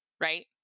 right